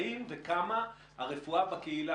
האם וכמה הרפואה בקהילה,